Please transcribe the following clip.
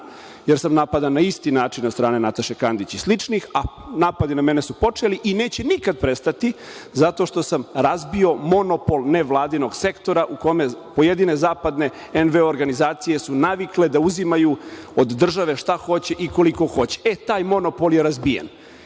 jer sam napadan na isti način od strane Nataše Kandić i sličnih, a napadi na mene su počeli i neće nikada prestati, zato što sam razbio monopol nevladinog sektora u kome pojedine zapadne NVO organizacije su navikle da uzimaju od države šta hoće i koliko hoće. Taj monopol je razbijen.